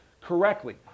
correctly